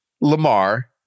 Lamar